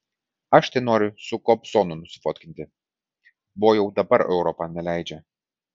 aš tai noriu su kobzonu nusifotkinti bo jau dabar europa neleidžia